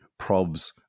probs